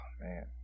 man